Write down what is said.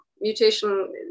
Mutation